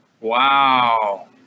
Wow